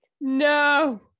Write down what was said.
No